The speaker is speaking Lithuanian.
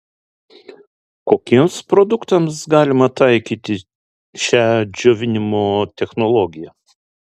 kokiems produktams galima taikyti šią džiovinimo technologiją